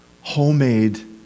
homemade